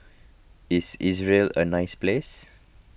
is Israel a nice place